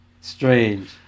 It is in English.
strange